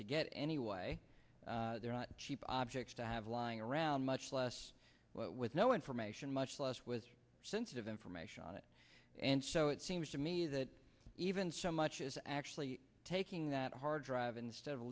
to get anyway they're not cheap objects to have lying around much less with no information much less sensitive information on it and so it seems to me that even so much is actually taking that hard drive instead of